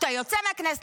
כשאתה יוצא מהכנסת,